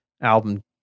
album